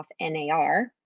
NAR